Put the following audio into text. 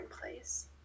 place